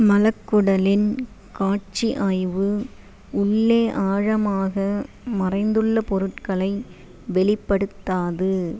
மலக்குடலின் காட்சி ஆய்வு உள்ளே ஆழமாக மறைந்துள்ள பொருட்களை வெளிப்படுத்தாது